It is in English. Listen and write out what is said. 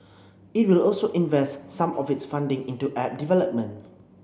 it will also invest some of its funding into app development